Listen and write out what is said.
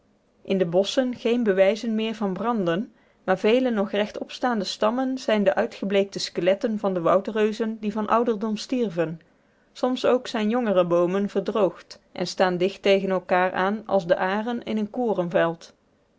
in de bosschen geen bewijzen meer van branden maar vele nog rechtop staande stammen zijn de uitgebleekte skeletten van de woudreuzen die van ouderdom stierven soms ook zijn jongere boomen verdroogd en staan dicht tegen elkaar aan als de aren in een